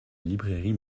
librairie